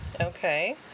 Okay